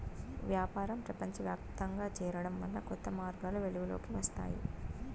వ్యాపారం ప్రపంచవ్యాప్తంగా చేరడం వల్ల కొత్త మార్గాలు వెలుగులోకి వస్తాయి